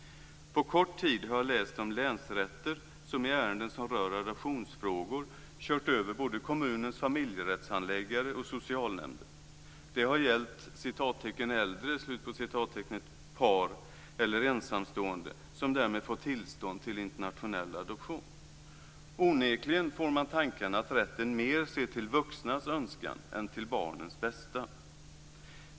På kort tid har jag läst om länsrätter som i ärenden som rör adoptionsfrågor kört över både kommunens familjerättshandläggare och socialnämnd. Det har gällt "äldre" par eller ensamstående som därmed fått tillstånd till internationell adoption. Onekligen får man tankarna att rätten mer ser till vuxnas önskan än till barnens bästa.